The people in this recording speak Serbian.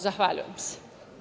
Zahvaljujem se.